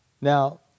Now